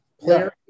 player